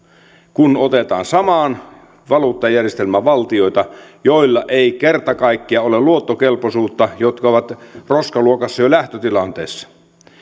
kun otetaan samaan valuuttajärjestelmään valtioita joilla ei kerta kaikkiaan ole luottokelpoisuutta ja jotka ovat roskaluokassa jo lähtötilanteessa